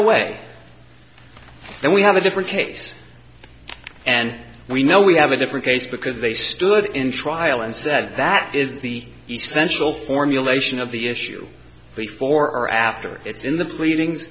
away then we have a different case and we know we have a different case because they stood in trial and said that is the essential formulation of the issue before or after it's in the pleading